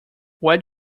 where